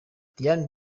diane